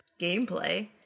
gameplay